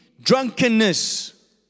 drunkenness